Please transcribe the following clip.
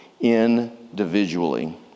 individually